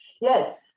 Yes